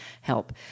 help